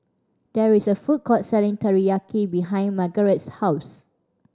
there is a food court selling Teriyaki behind Margarete's house